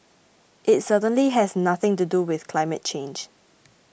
it certainly has nothing to do with climate change